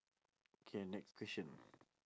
K next question